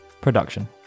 production